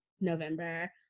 November